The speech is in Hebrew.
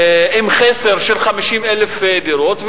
עם חסר של 50,000 דירות,